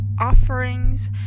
offerings